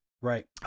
Right